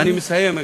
אני מסיים,